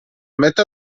metà